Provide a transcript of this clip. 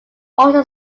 also